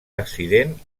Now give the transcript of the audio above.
accident